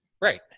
Right